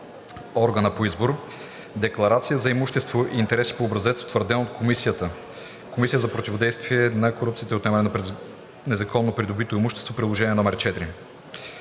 органа по избора; - декларация за имущество и интереси по образец, утвърден от Комисията (Комисията за противодействие на корупцията и за отнемане на незаконно придобитото имущество) – Приложение № 4.